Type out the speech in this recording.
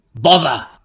Bother